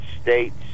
States